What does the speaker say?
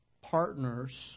partners